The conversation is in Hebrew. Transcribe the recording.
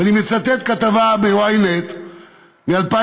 ואני מצטט כתבה מ-ynet מ-2013,